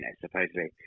supposedly